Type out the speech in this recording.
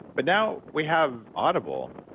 but now we have audible,